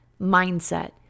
mindset